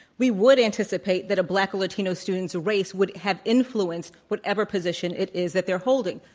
we would anticipate that a black or latino student's race would have influenced whatever position it is that they're holding.